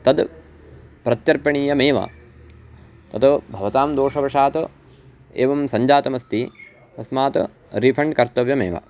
तद् प्रत्यर्पणीयमेव तत् भवतां दोषात् एवं सञ्जातमस्ति तस्मात् रीफ़ण्ड् कर्तव्यमेव